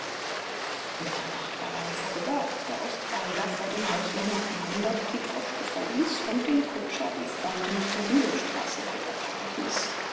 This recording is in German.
mitternacht war lange vorüber als der australier vor dem hause nr die droschke verließ und den kutscher die freunde nach der bülowstraße weiterfahren hieß